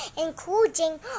including